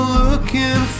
looking